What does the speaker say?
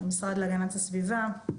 המשרד להגנת הסביבה.